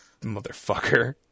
Motherfucker